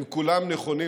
הם כולם נכונים,